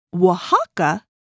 Oaxaca